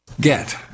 get